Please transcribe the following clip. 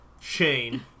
Shane